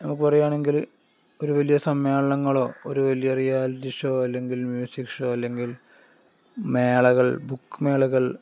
നമുക്കു പറയുകയാണെങ്കില് ഒരു വലിയ സമമ്മേളനങ്ങളോ ഒരു വലിയ റിയാലിറ്റി ഷോ അല്ലെങ്കിൽ മ്യൂസിക് ഷോ അല്ലെങ്കിൽ മേളകൾ ബുക്ക് മേളകൾ